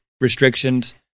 restrictions